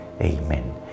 Amen